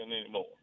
anymore